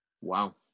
Wow